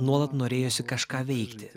nuolat norėjosi kažką veikti